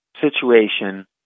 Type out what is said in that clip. situation